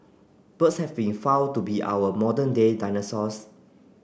birds have been found to be our modern day dinosaurs